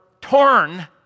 torn